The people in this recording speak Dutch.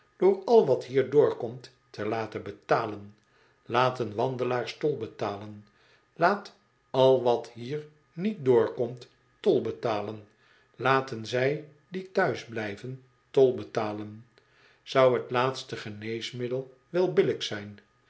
door al wat hier doorkomt te laten betalen laten wandelaars tol betalen laat al wat hier niet doorkomt tol betalen laten zij die thuis blijven tol betalen zou t laatste geneesmiddel wel billijk zijn